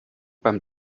beim